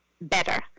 better